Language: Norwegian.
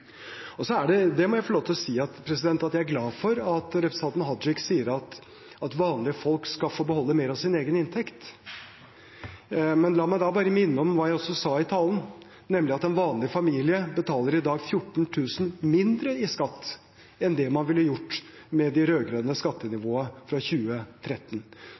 er glad for – det må jeg få lov til å si – at representanten Tajik sier at vanlige folk skal få beholde mer av sin egen inntekt. Men la meg da bare minne om hva jeg også sa i talen, nemlig at en vanlig familie betaler i dag 14 000 kr mindre i skatt enn det man ville gjort med det rød-grønne skattenivået fra 2013.